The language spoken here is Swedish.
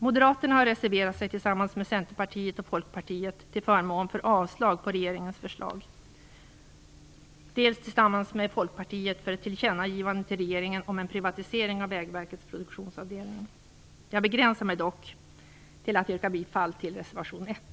Moderaterna har reserverat sig dels tillsammans med Centerpartiet och Folkpartiet till förmån för avslag på regeringens förslag, dels tillsammans med Folkpartiet för ett tillkännagivande till regeringen om en privatisering av Vägverkets produktionsdivision. Jag begränsar mig dock till att yrka bifall till reservation 1.